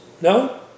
No